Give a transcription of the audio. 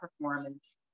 performance